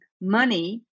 money